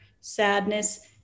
sadness